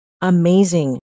amazing